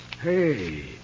Hey